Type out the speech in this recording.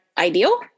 Ideal